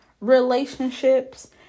relationships